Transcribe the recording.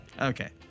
Okay